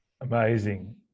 Amazing